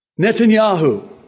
Netanyahu